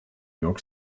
york